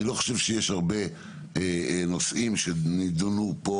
אני לא חושב שיש הרבה נושאים שנידונו פה